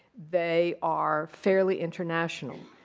they are fairly international.